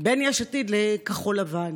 בין יש עתיד לכחול לבן.